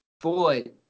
boy